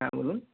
হ্যাঁ বলুন